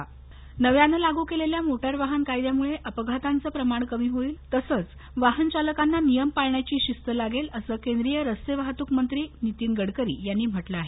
गडकरी नव्यानं लागू केलेल्या मोटारवाहन कायद्यामुळे अपघातांचं प्रमाण कमी होईल तसंच वाहनचालकांना नियम पाळण्याची शिस्त लागेल असं केंद्रीय रस्ते वाहतूक मंत्री नितीन गडकरी यांनी म्हटलं आहे